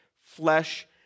flesh